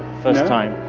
first time.